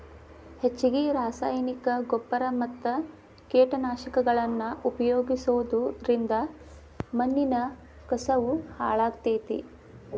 ಹೆಚ್ಚಗಿ ರಾಸಾಯನಿಕನ ಗೊಬ್ಬರ ಮತ್ತ ಕೇಟನಾಶಕಗಳನ್ನ ಉಪಯೋಗಿಸೋದರಿಂದ ಮಣ್ಣಿನ ಕಸವು ಹಾಳಾಗ್ತೇತಿ